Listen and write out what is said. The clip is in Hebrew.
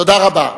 תודה רבה.